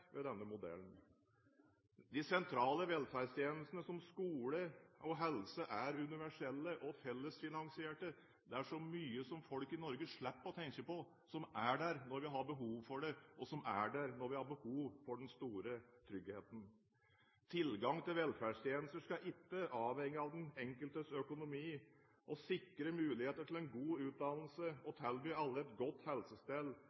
ved denne modellen. De sentrale velferdstjenestene som skole og helsestell er universelle og fellesfinansierte. Det er så mye folk i Norge slipper å tenke på – som er der når vi har behov for det, og som er der når vi har behov for den store tryggheten. Tilgang til velferdstjenester skal ikke avhenge av den enkeltes økonomi. Å sikre muligheter til en god utdannelse og